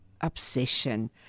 obsession